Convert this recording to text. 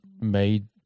made